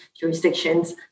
jurisdictions